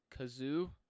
kazoo